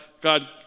God